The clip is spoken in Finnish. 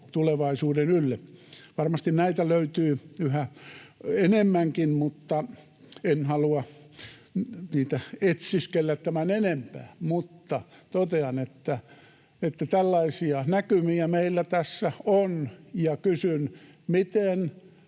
tulevaisuuden ylle. Varmasti näitä löytyy yhä enemmänkin. En halua niitä etsiskellä tämän enempää, mutta totean, että tällaisia näkymiä meillä tässä on, ja kysyn: miten